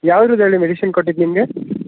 ಯಾವುದ್ರದ್ ಹೇಳಿ ಮೆಡಿಷನ್ ಕೊಟ್ಟಿದ್ದು ನಿಮಗೆ